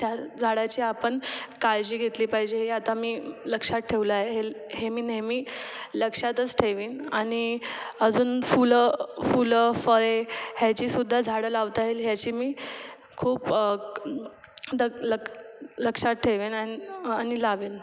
त्या झाडाची आपण काळजी घेतली पाहिजे हे आता मी लक्षात ठेवलं आहे हे हे मी नेहमी लक्षातच ठेवेन आणि अजून फुलं फुलं फळे ह्याचीसुद्धा झाडं लावता येईल ह्याची मी खूप दक् लक् लक्षात ठेवेन अन् आणि लावेन